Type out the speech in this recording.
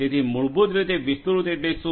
તેથી મૂળભૂત રીતે વિસ્તૃત એટલે શું